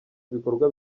ibikorwa